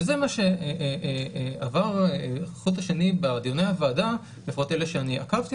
וזה מה שעבר כחוט השני בדיוני הוועדה בפרט אלה שאני עקבתי